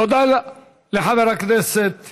תודה לחבר הכנסת